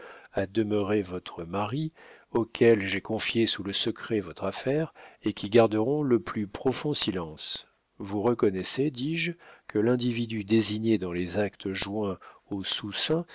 a demeuré votre mari auxquels j'ai confié sous le secret votre affaire et qui garderont le plus profond silence vous reconnaissez dis-je que l'individu désigné dans les actes joints au